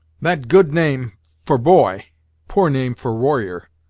that good name for boy poor name for warrior.